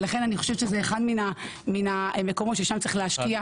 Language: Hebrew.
ולכן אני חושבת שזה אחד מן המקומות ששם צריך להשקיע,